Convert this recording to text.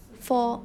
four